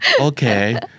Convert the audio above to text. Okay